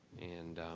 and